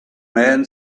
man